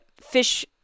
fish